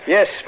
Yes